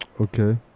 Okay